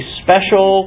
special